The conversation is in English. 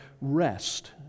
rest